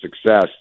success